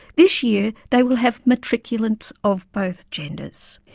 this year they will have matriculants of both genders.